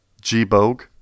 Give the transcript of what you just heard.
G-Bogue